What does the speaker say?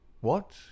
-"What